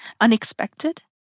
unexpected